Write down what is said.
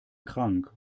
krank